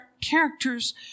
characters